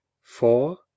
four